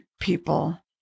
people